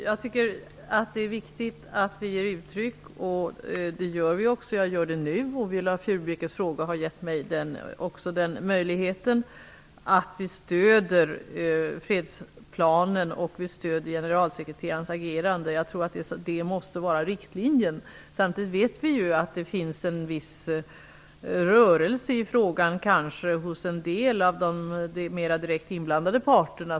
Fru talman! Det är viktigt att vi ger uttryck för att vi stöder fredsplanen och generalsekreterarens agerande. Det gör vi också, och jag gör det nu. Viola Furubjelkes fråga har också gett mig den möjligheten. Jag tror att detta måste vara riktlinjen. Samtidigt vet vi att det finns en viss rörelse i frågan hos en del av de mera direkt inblandade parterna.